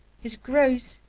his growth,